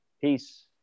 Peace